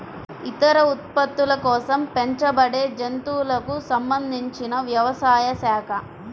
ఇతర ఉత్పత్తుల కోసం పెంచబడేజంతువులకు సంబంధించినవ్యవసాయ శాఖ